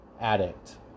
Addict